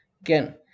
Again